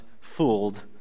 fooled